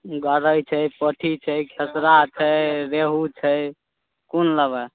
गरइ छै पोठी छै खेसरा छै रेहू छै कोन लेबै